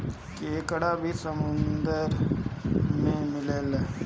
केकड़ा भी समुन्द्र में मिलेला